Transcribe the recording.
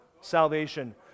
salvation